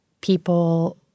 people